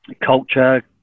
culture